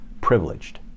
privileged